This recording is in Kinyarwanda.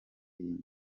iyi